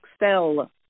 excel